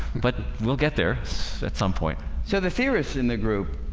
but we'll get there at some point. so the theorists in the group